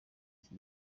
iki